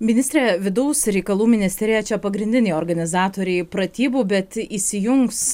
ministre vidaus reikalų ministerija čia pagrindiniai organizatoriai pratybų bet įsijungs